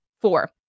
Four